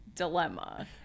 Dilemma